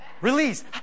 Release